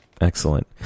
excellent